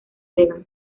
legal